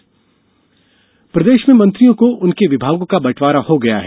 मंत्री विभाग प्रभार प्रदेश में मंत्रियों को उनके विभागों का बंटवारा हो गया है